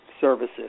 services